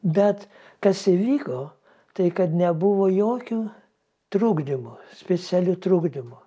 bet kas įvyko tai kad nebuvo jokio trukdymo specialio trukdymo